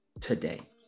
today